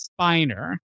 Spiner